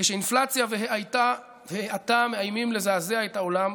כשאינפלציה והאטה מאיימים לזעזע את העולם,